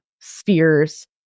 spheres